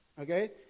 Okay